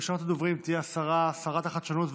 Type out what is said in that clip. ראשונת הדוברים תהיה שרת החדשנות,